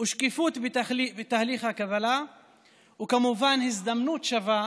ושקיפות בתהליך הקבלה וכמובן הזדמנות שווה